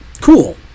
Cool